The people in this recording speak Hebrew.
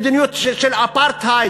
מדיניות של אפרטהייד,